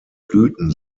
blüten